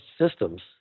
systems